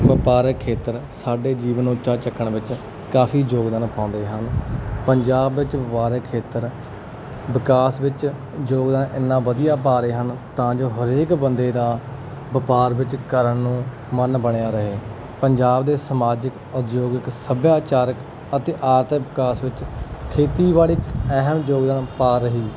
ਵਪਾਰਕ ਖੇਤਰ ਸਾਡੇ ਜੀਵਨ ਨੂੰ ਉੱਚਾ ਚੁੱਕਣ ਵਿੱਚ ਕਾਫ਼ੀ ਯੋਗਦਾਨ ਪਾਉਂਦੇ ਹਨ ਪੰਜਾਬ ਵਿੱਚ ਵਪਾਰਕ ਖੇਤਰ ਵਿਕਾਸ ਵਿੱਚ ਯੋਗਦਾਨ ਇੰਨਾ ਵਧੀਆ ਪਾ ਰਹੇ ਹਨ ਤਾਂ ਜੋ ਹਰੇਕ ਬੰਦੇ ਦਾ ਵਪਾਰ ਵਿੱਚ ਕਰਨ ਨੂੰ ਮਨ ਬਣਿਆ ਰਹੇ ਪੰਜਾਬ ਦੇ ਸਮਾਜਿਕ ਉਦਯੋਗਿਕ ਸੱਭਿਆਚਾਰਕ ਅਤੇ ਆਰਥਿਕ ਵਿਕਾਸ ਵਿੱਚ ਖੇਤੀਬਾੜੀ ਇੱਕ ਅਹਿਮ ਯੋਗਦਾਨ ਪਾ ਰਹੀ